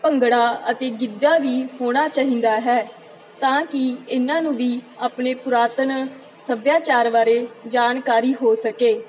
ਭੰਗੜਾ ਅਤੇ ਗਿੱਧਾ ਵੀ ਹੋਣਾ ਚਾਹੀਦਾ ਹੈ ਤਾਂ ਕਿ ਇਹਨਾਂ ਨੂੰ ਵੀ ਆਪਣੇ ਪੁਰਾਤਨ ਸੱਭਿਆਚਾਰ ਬਾਰੇ ਜਾਣਕਾਰੀ ਹੋ ਸਕੇ